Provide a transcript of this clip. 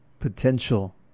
potential